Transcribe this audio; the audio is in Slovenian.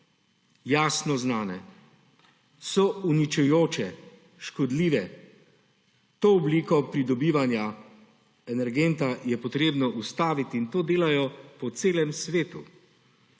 jasno znane. So uničujoče, škodljive, to obliko pridobivanja energenta je potrebno ustaviti in to delajo po celem svetu.